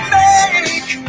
make